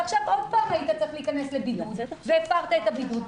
ועכשיו עוד פעם היית צריך להיכנס לבידוד והפרת את הבידוד,